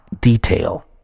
detail